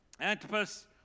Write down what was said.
Antipas